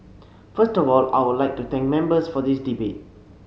first of all I would like to thank Members for this debate